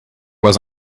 was